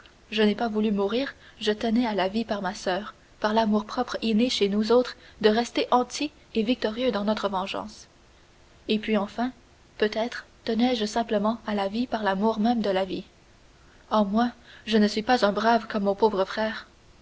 je n'ai pas voulu mourir je tenais à la vie par ma soeur par l'amour-propre inné chez nous autres de rester entiers et victorieux dans notre vengeance et puis enfin peut-être tenais je simplement à la vie par l'amour même de la vie oh moi je ne suis pas un brave comme mon pauvre frère